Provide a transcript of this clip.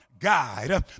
guide